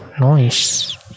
nice